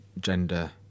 gender